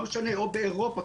לא משנה באירופה,